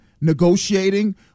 negotiating